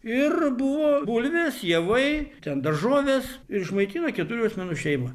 ir buvo bulvės javai ten daržovės ir išmaitino keturių asmenų šeimą